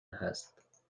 هست